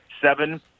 seven